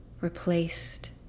replaced